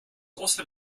also